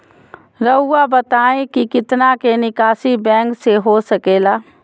रहुआ बताइं कि कितना के निकासी बैंक से हो सके ला?